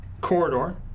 corridor